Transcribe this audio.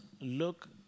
look